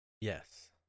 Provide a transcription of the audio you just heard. Yes